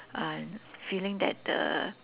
uh feeling that the